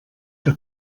que